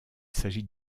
s’agit